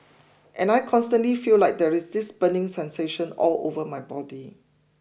and I constantly feel like there is this burning sensation all over my body